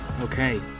okay